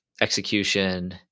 execution